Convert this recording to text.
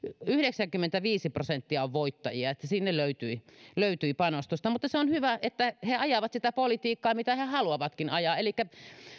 yhdeksänkymmentäviisi prosenttia voittajia että sinne löytyi löytyi panostusta mutta se on hyvä että he ajavat sitä politiikkaa mitä he he haluavatkin ajaa elikkä